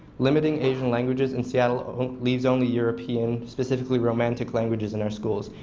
limiting asian languages in seattle leaves only european specifically romantic languages in our schools.